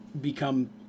become